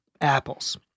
apples